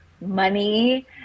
money